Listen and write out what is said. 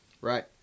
Right